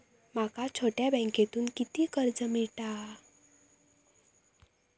माका छोट्या बँकेतून किती कर्ज मिळात?